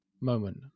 moment